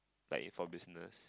like if for business